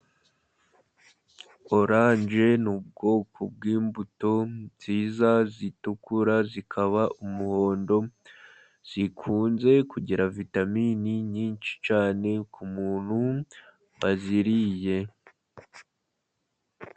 Oranje ni ubwoko bw'imbuto nziza zitukura zikaba umuhondo, zikunze kugira vitamine nyinshi cyane ku muntu waziriye.